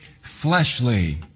fleshly